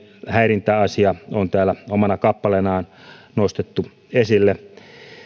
häirintäasia on täällä omana kappaleenaan nostettu esille